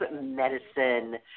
medicine